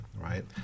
right